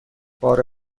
بار